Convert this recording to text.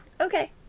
Okay